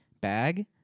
bag